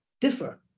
differ